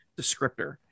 descriptor